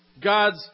God's